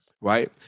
Right